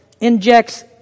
injects